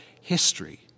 history